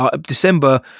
december